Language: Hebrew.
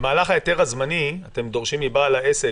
במהלך ההיתר הזמני אתם דורשים מבעל העסק,